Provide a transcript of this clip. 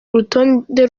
urutonde